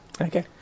Okay